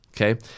Okay